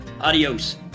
Adios